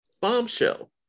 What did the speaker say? Bombshell